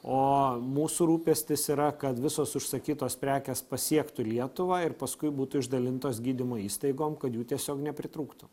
o mūsų rūpestis yra kad visos užsakytos prekės pasiektų lietuvą ir paskui būtų išdalintos gydymo įstaigom kad jų tiesiog nepritrūktų